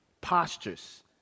postures